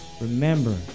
Remember